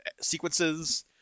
sequences